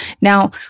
Now